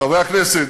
חברי הכנסת,